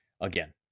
again